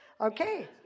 Okay